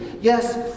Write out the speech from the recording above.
Yes